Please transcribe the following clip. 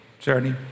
journey